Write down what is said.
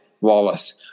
Wallace